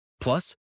Plus